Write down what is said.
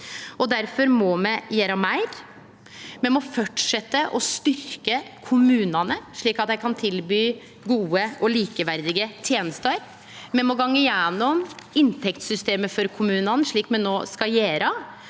Difor må me gjere meir. Me må fortsetje med å styrkje kommunane, slik at dei kan tilby gode og likeverdige tenester. Me må gå igjennom inntektssystemet for kommunane, slik me no skal gjere,